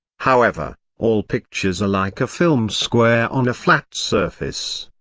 however, all pictures are like a film square on a flat surface.